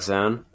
Zone